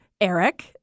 Eric